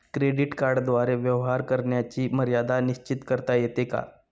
Credit कार्डद्वारे व्यवहार करण्याची मर्यादा निश्चित करता येते का?